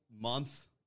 month